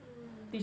mm